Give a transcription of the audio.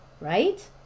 right